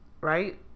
right